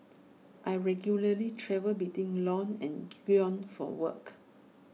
I regularly travel between Lyon and Grenoble for work